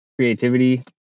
creativity